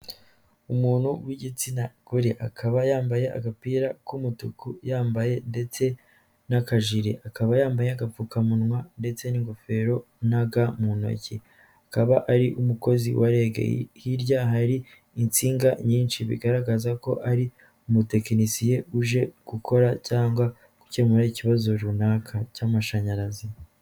Umuntu w'igitsina gore, akaba yambaye agapira k'umutuku yambaye ndetse n'akajiri, akaba yambaye agapfukamunwa ndetse n'ingofero na ga mu ntoki, akaba ari umukozi wa REG, hirya hari insinga nyinshi bigaragaza ko ari umutekinisiye uje gukora cyangwa gukemura ikibazo runaka cy'amashanyarazi.